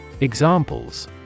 Examples